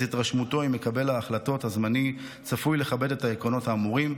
את התרשמותו אם מקבל ההחלטות הזמני צפוי לכבד את העקרונות האמורים,